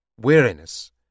weariness